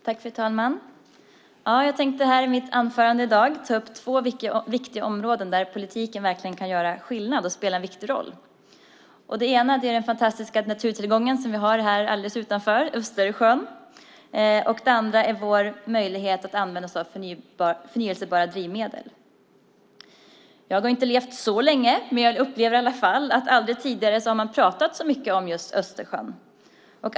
Fru talman! Jag tänkte här i mitt anförande i dag ta upp två viktiga områden där politiken verkligen kan utgöra en skillnad och spela en viktig roll. Det ena är den fantastiska naturtillgång vi har alldeles utanför huset, nämligen Östersjön, och det andra är vår möjlighet att använda oss av förnybara drivmedel. Jag har inte levt så länge, men jag upplever i alla fall att aldrig tidigare har man pratat så mycket om just Östersjön.